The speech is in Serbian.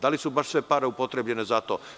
Da li su baš sve pare upotrebljene za to?